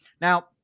now